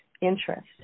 interest